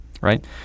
right